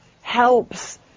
helps